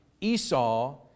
Esau